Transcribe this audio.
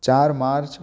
चार मार्च